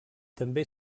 també